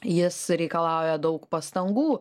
jis reikalauja daug pastangų